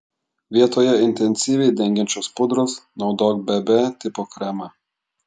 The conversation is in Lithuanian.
vietoje intensyviai dengiančios pudros naudok bb tipo kremą